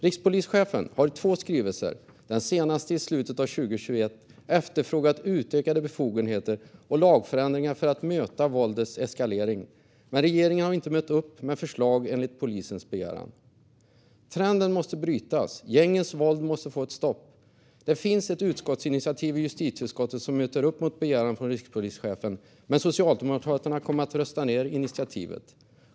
Rikspolischefen har i två skrivelser, den senaste i slutet av 2021, efterfrågat utökade befogenheter och lagändringar för att möta våldets eskalering. Regeringen har dock inte mött upp med förslag enligt polisens begäran. Trenden måste brytas. Gängens våld måste få ett stopp. Det finns ett förslag till utskottsinitiativ i justitieutskottet som möter rikspolischefens begäran, men Socialdemokraterna kommer att rösta ned detta.